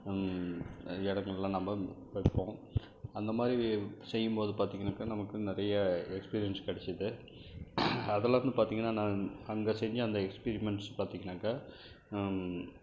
இடங்கள்லா நம்ம வைப்போம் அந்தமாதிரி செய்யும்போது பார்த்திங்கனாக்கா நமக்கு வந்து நிறைய எக்ஸ்பீரியன்ஸ் கிடைச்சிது அதுலேருந்து பார்த்திங்கனா நான் அங்கே செஞ்ச அந்த எக்ஸ்பீரிமன்ஸ் பார்த்திங்கனாக்கா